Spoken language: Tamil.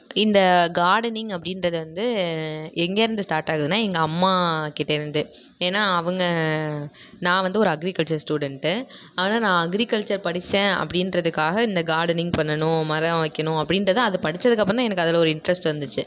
இந்த கார்டனிங் அப்படின்றது வந்து எங்கேயிருந்து ஸ்டார்ட் ஆகுதுன்னா எங்கள் அம்மாக்கிட்டே இருந்து ஏன்னா அவங்க நான் வந்து ஒரு அக்ரிகல்ச்சர் ஸ்டூடண்ட்டு ஆனால் நான் அக்ரிகல்ச்சர் படித்தேன் அப்படின்றதுக்காக இந்த கார்டனிங் பண்ணணும் மரம் வைக்கணும் அப்படின்றது அதை படித்ததுக்கு அப்புறந்தான் எனக்கு அதில் ஒரு இன்ட்ரெஸ்ட் வந்துச்சு